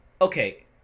Okay